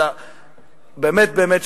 באמת באמת,